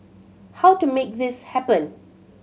how to make this happen